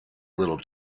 little